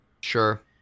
Sure